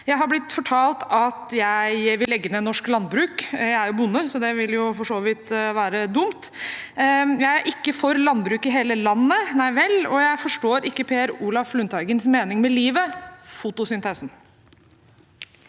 Jeg har blitt fortalt at jeg vil legge ned norsk landbruk. Jeg er bonde, så det ville jo for så vidt være dumt. Jeg er visst ikke for landbruk i hele landet – nei vel – og jeg forstår ikke representanten Per Olaf Lundteigens mening med livet, fotosyntesen.